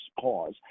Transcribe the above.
cause